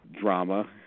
drama